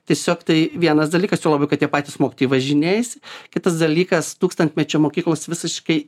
tiesiog tai vienas dalykas juo labiau kad tie patys mokytojai važinėjasi kitas dalykas tūkstantmečio mokyklos visiškai